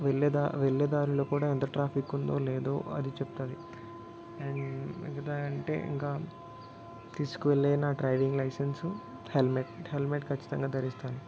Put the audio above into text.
వెళ్ళే దా వెళ్ళే దారిలో కూడా ఎంత ట్రాఫిక్ ఉందో లేదో అది చెప్తుంది అండ్ మిగతా అంటే ఇంకా తీసుకువెళ్ళే నా డ్రైవింగ్ లైసెన్స్ హెల్మెట్ హెల్మెట్ ఖచ్చితంగా ధరిస్తాను